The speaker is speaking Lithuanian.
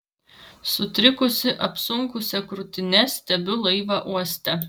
sutrikusi apsunkusia krūtine stebiu laivą uoste